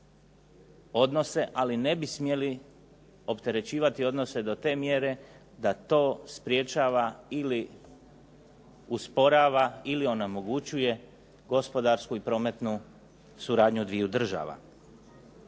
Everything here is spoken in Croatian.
ali ne bi smjeli opterećivati odnose do te mjere da to sprječava ili usporava ili onemogućuje gospodarsku i prometnu suradnju dviju država.